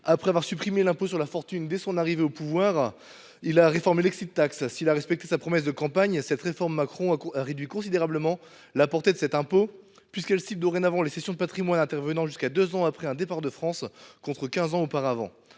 Après avoir supprimé l’impôt sur la fortune dès son arrivée au pouvoir, il a réformé l’. S’il a respecté sa promesse de campagne, il a, par cette réforme, réduit considérablement la portée de cet impôt, qui cible dorénavant les cessions de patrimoine intervenant jusqu’à deux ans après un départ de France, contre quinze ans auparavant.